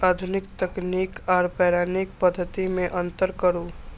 आधुनिक तकनीक आर पौराणिक पद्धति में अंतर करू?